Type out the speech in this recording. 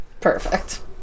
Perfect